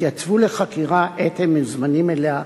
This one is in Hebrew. יתייצבו לחקירה עת הם מוזמנים אליה,